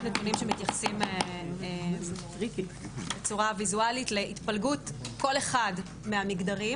נתונים שמתייחסים בצורה ויזואלית להתפלגות כל אחד מהמגדרים